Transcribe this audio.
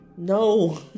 No